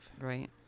right